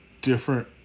different